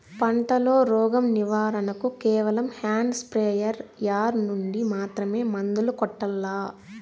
పంట లో, రోగం నివారణ కు కేవలం హ్యాండ్ స్ప్రేయార్ యార్ నుండి మాత్రమే మందులు కొట్టల్లా?